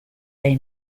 they